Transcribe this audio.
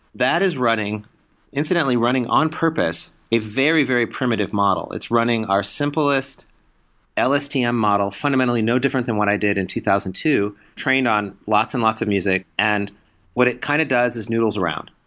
that is running incidentally running on purpose a very, very primitive model. it's running our simplest lstm model, fundamentally no different than what i did in two thousand and two, trained on lots and lots of music. and what it kind of does is noodles around.